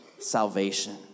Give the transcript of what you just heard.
salvation